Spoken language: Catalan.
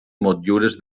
motllures